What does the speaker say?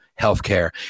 healthcare